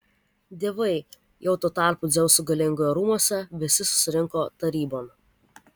dievai jau tuo tarpu dzeuso galingojo rūmuose visi susirinko tarybon